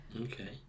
Okay